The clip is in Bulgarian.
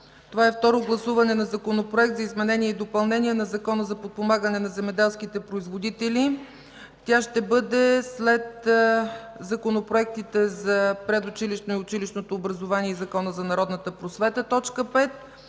шеста – Второ гласуване на Законопроекта за изменение и допълнение на Закона за подпомагане на земеделските производители. Тя ще бъде след законопроектите за предучилищното и училищното образование и Закона за народната просвета